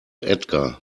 edgar